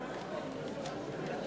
נתקבל.